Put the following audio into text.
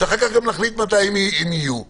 שאחר כך גם נחליט מתי הן יהיו מבחינתנו.